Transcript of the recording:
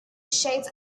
shades